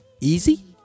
easy